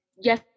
yes